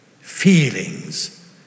feelings